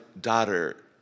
daughter